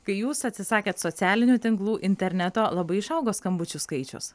kai jūs atsisakėt socialinių tinklų interneto labai išaugo skambučių skaičius